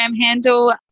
handle